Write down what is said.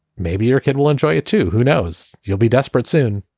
maybe your kid will enjoy it too. who knows? you'll be desperate soon.